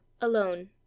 alone